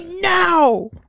now